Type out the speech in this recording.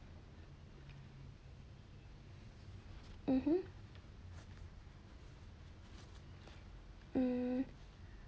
mmhmm mm